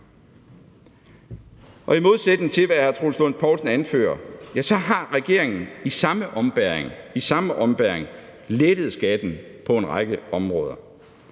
I modsætning til hvad hr. Troels Lund Poulsen anfører, har regeringen i samme ombæring lettet skatten på en række områder.